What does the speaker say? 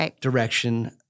direction